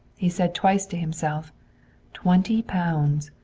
he said twice to himself twenty pounds!